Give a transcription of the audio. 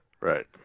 Right